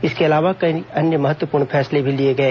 इसके अलावा कई अन्य महत्वपूर्ण फैसले भी लिए गए